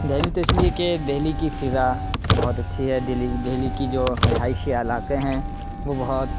دہلی تو اس لیے کہ دہلی کی فضا بہت اچھی ہے دلی دہلی کی جو رہائشی علاقے ہیں وہ بہت